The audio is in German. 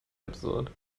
absurd